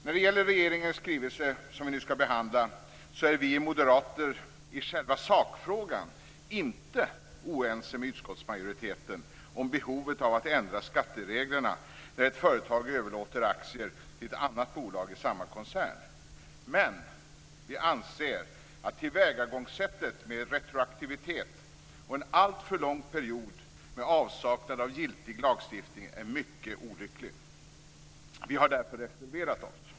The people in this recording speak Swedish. När det gäller den regeringsskrivelse som nu skall behandlas är vi moderater inte oense med utskottsmajoriteten i sakfrågan, dvs. om behovet av att ändra skattereglerna när ett företag överlåter aktier till ett annat bolag i samma koncern. Vi anser dock att tillvägagångssättet med retroaktivitet och en alltför lång period med avsaknad av giltig lagstiftning är mycket olyckligt. Vi har därför reserverat oss.